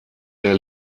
der